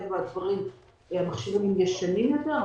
מטבע הדברים המכשירים ישנים יותר.